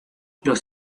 los